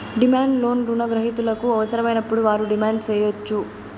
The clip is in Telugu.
డిమాండ్ లోన్ రుణ గ్రహీతలకు అవసరమైనప్పుడు వారు డిమాండ్ సేయచ్చు